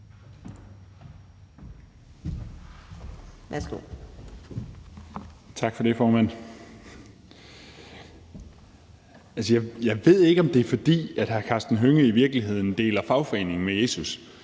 Tak for det, formand. Jeg ved ikke, om det er, fordi hr. Karsten Hønge i virkeligheden deler fagforening med Jesus,